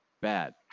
bad